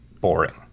boring